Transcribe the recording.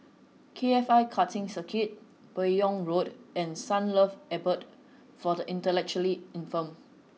K F I Karting Circuit Buyong Road and Sunlove Abode for the Intellectually Infirmed